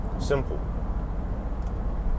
Simple